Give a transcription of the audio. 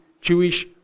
Jewish